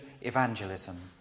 evangelism